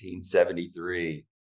1873